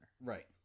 Right